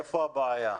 איפה הבעיה?